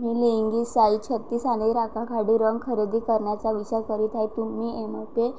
मी लेंगी साई छत्तीस आणि राखाडी रंग खरेदी करण्याचा विचार करीत आहे तुम्ही एमपे